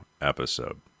episode